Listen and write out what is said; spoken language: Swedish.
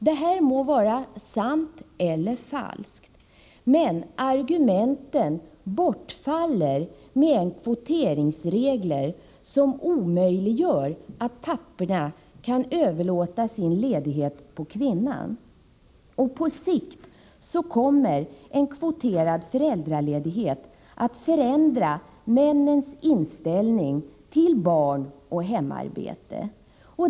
Det här må vara sant eller falskt, men argumenten bortfaller när det finns kvoteringsregler som omöjliggör att papporna kan överlåta sin ledighet på kvinnan. På sikt kommer en kvoterad föräldraledighet att förändra männens inställning till barn och hemarbete.